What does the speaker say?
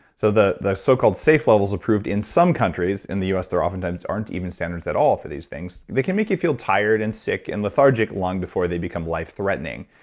so the the so-called safe levels approved in some countries. in the us, there often times aren't even standards at all for these things, they can make you feel tired and sick and lethargic long before they become life threatening.